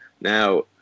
now